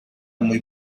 muy